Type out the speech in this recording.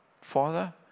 Father